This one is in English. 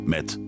Met